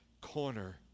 corner